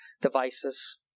devices